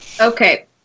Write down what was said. Okay